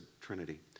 Trinity